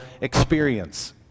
experience